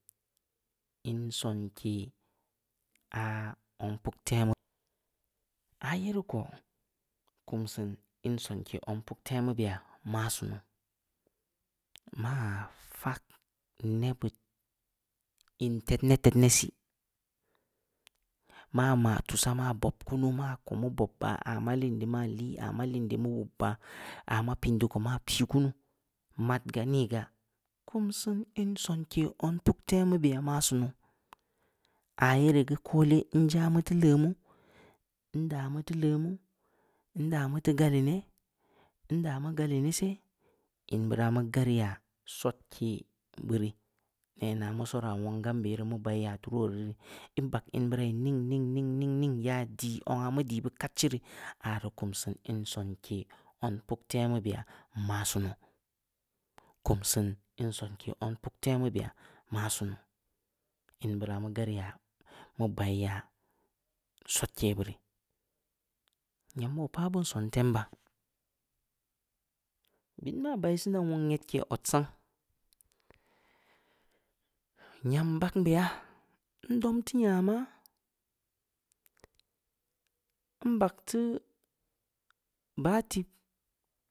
in soonke aah zong puk temu rii, aah yerii ko, kum siin in sonke zong puktemu beya, ma sunu, maa fag nebbud in tedne-tedne sii, ma maa tuusah, ma bob kunu, maa ko mu bob ya, aah ma liin ma lii aah ma liin di mu wub ya, aah piin dii ko, maa pii kunu, mad ga, nii ga, kum siin in sonke zong puktemu beya, maaa sunu, aah ye rii geu koole, nja mu teu leumu, nda mu teu leumu, nda mu teu galeu ne, nda mu galeu ne seh, in beuraa mu garii ya sodke beu rii, nenaa mu soraa wong gam be ye rii mu bai yaa tu tuu woru ri rii, ii bag in beu rai ning-ning-ning, ya dii zong aah mu dii beu kadchi rii, aah rii kum siin in sonke zong puktemu beya, ma sunu, kum seun in sonke zong puktemu beya, ma sunu, in buraa mu garri ya, mu bai yaa, sodke beu rii, nyam oo paa beun son tem baah, bit bai siinaa sang, nyam bagn beyaa, ndom teu nyama, nbag teu bah tikpenha,